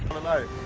tonight?